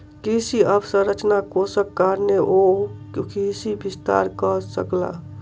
कृषि अवसंरचना कोषक कारणेँ ओ कृषि विस्तार कअ सकला